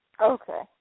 Okay